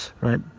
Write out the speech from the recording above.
right